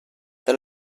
tra